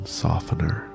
softener